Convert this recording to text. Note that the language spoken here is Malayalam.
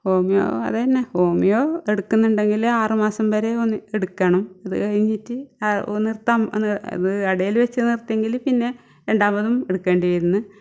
ഹോമിയോ അതെന്ന് ഹോമിയോ എടുക്കുന്നുണ്ടെങ്കിൽ ആറ് മാസം വരെ ഒന്ന് എടുക്കണം അതു കഴിഞ്ഞിട്ട് നിർത്താം അത് ഇടയിൽ വെച്ച് നിർത്തിയെങ്കിൽ പിന്നെ രണ്ടാമതും എടുക്കേണ്ടി വരുന്നു